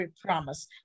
promise